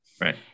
right